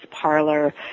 parlor